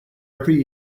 every